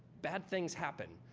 bad things happen.